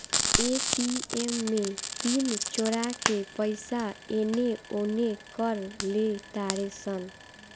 ATM में pin चोरा के पईसा एने ओने कर लेतारे सन